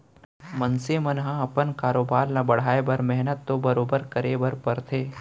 मनसे मन ह अपन कारोबार ल बढ़ाए बर मेहनत तो बरोबर करे बर परथे